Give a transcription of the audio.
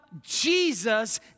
Jesus